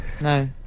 No